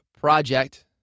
project